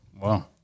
Wow